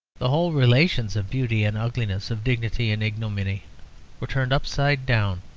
the whole relations of beauty and ugliness, of dignity and ignominy were turned upside down.